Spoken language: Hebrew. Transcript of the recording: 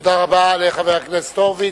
תודה רבה לחבר הכנסת הורוביץ.